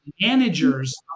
managers